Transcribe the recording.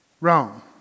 wrong